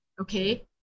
okay